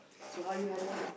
so how do you handle it